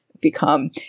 become